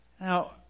Now